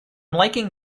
liking